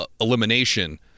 elimination